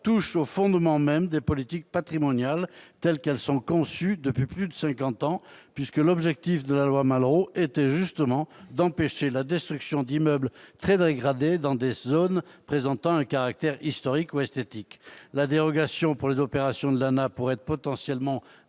touchent au fondement même des politiques patrimoniales telles qu'elles sont conçues depuis plus de cinquante ans, puisque l'objectif de la loi Malraux était justement d'empêcher la destruction d'immeubles très dégradés dans des zones présentant un caractère historique ou esthétique. La dérogation pour les opérations de l'ANAH pourrait être potentiellement